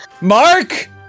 Mark